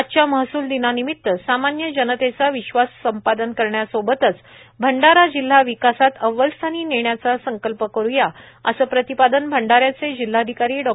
आजच्या महसूल दिनानिमित्त सामान्य जनतेचा विश्वास संपादन करण्यासोबतच आपला जिल्हा विकासात अव्वलस्थानी नेण्याचा संकल्प करु या असे प्रतिपादन भंडाऱ्याचे जिल्हाधिकारी डॉ